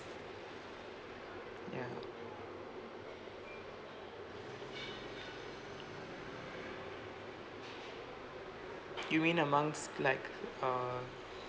ya you mean amongst like uh